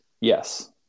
Yes